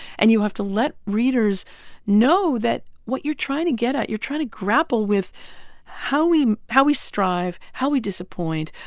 and you have to let readers know that what you're trying to get at you're trying to grapple with how we how we strive, how we disappoint,